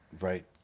Right